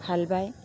হাল বায়